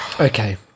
Okay